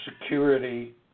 security